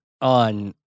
on